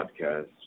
podcast